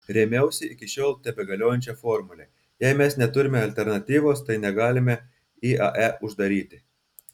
rėmiausi iki šiol tebegaliojančia formule jei mes neturime alternatyvos tai negalime iae uždaryti